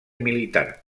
militar